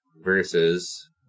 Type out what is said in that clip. versus